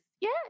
Yes